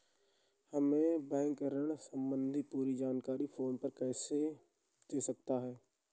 हमें बैंक ऋण संबंधी पूरी जानकारी फोन पर कैसे दे सकता है?